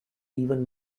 even